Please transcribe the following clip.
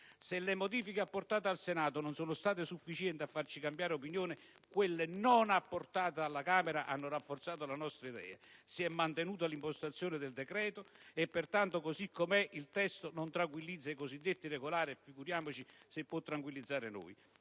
Se le modifiche apportate al Senato non sono state sufficienti a farci cambiare opinione, quelle non apportate alla Camera hanno rafforzato la nostra idea: si è mantenuta l'impostazione del decreto-legge, e pertanto, così com'è, il testo non tranquillizza i cosiddetti regolari; e figuriamoci se può tranquillizzare noi!